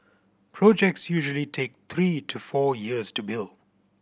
projects usually take three to four years to build